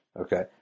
Okay